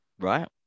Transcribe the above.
right